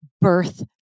birth